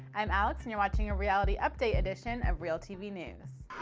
i'm alex and you're watching a reality update edition of reel tv news.